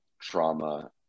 trauma